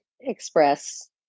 Express